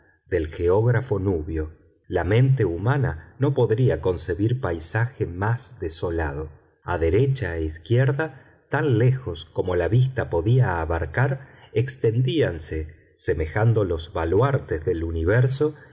del geógrafo nubio la mente humana no podría concebir paisaje más desolado a derecha e izquierda tan lejos como la vista podía abarcar extendíanse semejando los baluartes del universo